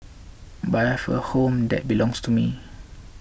but I have a home that belongs to me